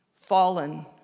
Fallen